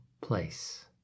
place